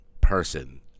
Person